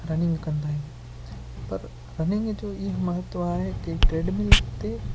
running कंदा आहिनि पर रनिंग जो इहो महत्व आहे कि ट्रेडमिल ते